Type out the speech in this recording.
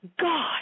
God